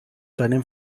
deinem